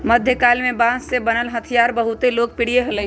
मध्यकाल में बांस से बनल हथियार बहुत लोकप्रिय हलय